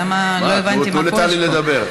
אני לא הבנתי מה, תנו לטלי לדבר.